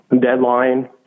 Deadline